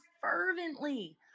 fervently